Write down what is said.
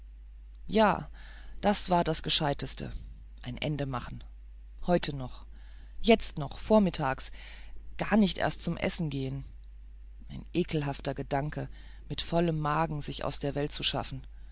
ja das war das gescheiteste ein ende machen heute noch jetzt noch vormittags gar nicht erst zum essen gehen ein ekelhafter gedanke mit vollem magen sich aus der welt zu schaffen